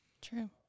true